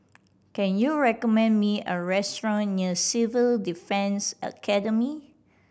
can you recommend me a restaurant near Civil Defence Academy